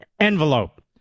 envelope